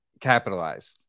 capitalized